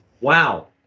wow